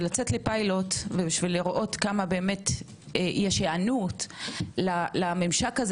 כדי לצאת לפילוט ולראות כמה באמת יש היענות לממשק הזה